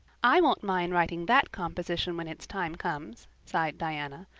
i won't mind writing that composition when its time comes, sighed diana.